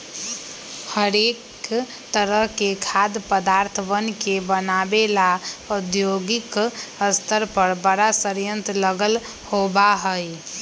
हरेक तरह के खाद्य पदार्थवन के बनाबे ला औद्योगिक स्तर पर बड़ा संयंत्र लगल होबा हई